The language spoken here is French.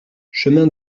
chemin